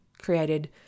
created